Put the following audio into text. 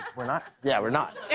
we're not? yeah, we're not.